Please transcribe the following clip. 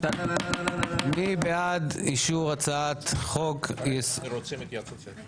מי בעד אישור הצעת חוק --- אנחנו רוצים התייעצות סיעתית.